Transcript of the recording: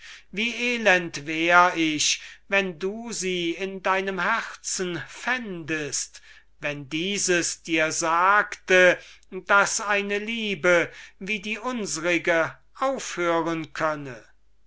wie elend wär ich wenn du sie in deinem herzen fändest wenn dieses dir sagte daß eine liebe wie die unsrige aufhören könne